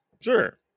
Sure